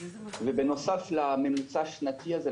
ובנוסף לממוצע השנתי הזה,